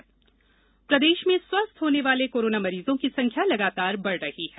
corona प्रदेश प्रदेश में स्वस्थ्य होने वाले कोरोना मरीजों की संख्या लगातार बढ़ रही है